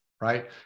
right